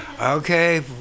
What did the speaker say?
okay